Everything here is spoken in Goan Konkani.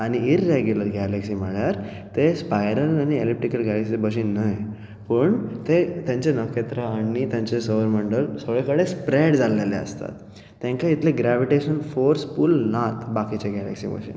आनी इरेग्यलर गैलक्सी म्हळ्यार ते स्पाइरल आनी एलिप्टिकल गैलक्सी भशेन न्हय पूण ते तांचे नखेत्रा आनी तांचे सौर मंडल थोडे थोडे स्प्रेड जाल्लेले आसतात तांकां इतले ग्रैविटेशन फोर्स पूल नात बाकीच्या गैलक्सी बशेन